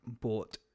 bought